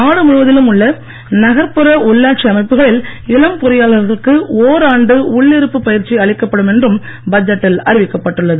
நாடு முழுவதிலும் உள்ள நகர்ப்புற உள்ளாட்சி அமைப்புகளில் இளம் பொறியாளர்களுக்கு ஓராண்டு உள்ளிருப்பு பயிற்சி அளிக்கப்படும் என்றும் பட்ஜெட்டில் அறிவிக்கப்பட்டு உள்ளது